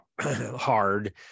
hard